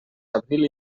abril